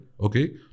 okay